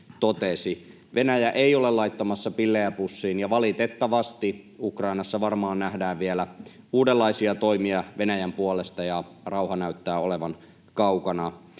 Venäjä ei ole laittamassa pillejä pussiin, ja valitettavasti Ukrainassa varmaan nähdään vielä uudenlaisia toimia Venäjän puolesta, ja rauha näyttää olevan kaukana.